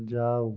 যাও